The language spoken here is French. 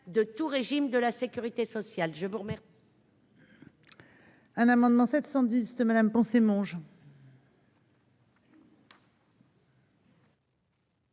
de tout régime de la sécurité sociale.